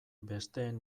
besteen